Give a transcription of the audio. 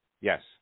Yes